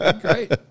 Great